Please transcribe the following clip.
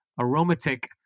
aromatic